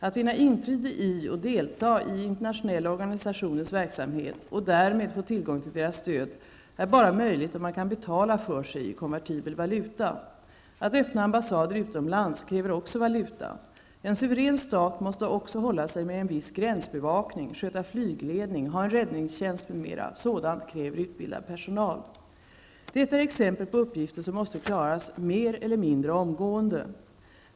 Att vinna inträde i och delta i internationella organisationers verksamhet -- och därmed få tillgång till deras stöd -- är bara möjligt om man kan betala för sig i konvertibel valuta. Att öppna ambassader utomlands kräver också valuta. En suverän stat måste också hålla sig med en viss gränsbevakning, sköta flygledning, ha en räddningstjänst m.m. Sådant kräver utbildad personal. Detta är exempel på uppgifter som måste klaras mer eller mindre omgående.